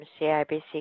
CIBC